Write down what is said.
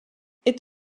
est